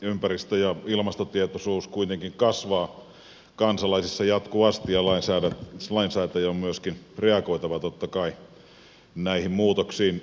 ympäristö ja ilmastotietoisuus kuitenkin kasvaa kansalaisissa jatkuvasti ja lainsäätäjän on myöskin reagoitava totta kai näihin muutoksiin